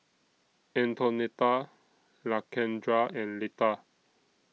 Antonetta Lakendra and Leta